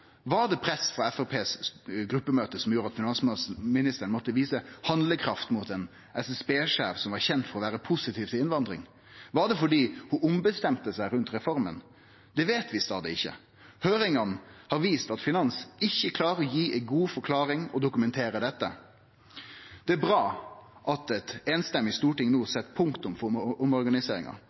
Var det press frå Framstegspartiet sitt gruppemøte som gjorde at finansministeren måtte vise handlekraft overfor ein SSB-sjef som var kjend for å vere positiv til innvandring? Var det fordi ho ombestemte seg om reforma? Det veit vi framleis ikkje. Høyringane har vist at finansministeren ikkje klarer å gi ei god forklaring eller dokumentere dette. Det er bra at eit samrøystes storting no set punktum for